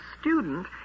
student